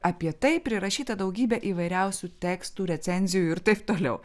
apie tai prirašyta daugybė įvairiausių tekstų recenzijų ir taip toliau